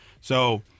So-